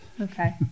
Okay